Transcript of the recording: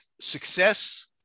success